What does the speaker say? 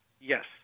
Yes